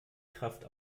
kraft